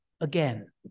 again